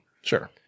Sure